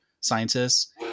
scientists